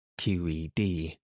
QED